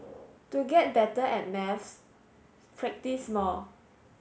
to get better at maths practise more